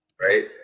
right